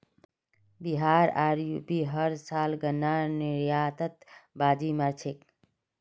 बिहार आर यू.पी हर साल गन्नार निर्यातत बाजी मार छेक